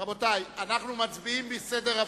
רבותי, אנחנו מצביעים בסדר הפוך.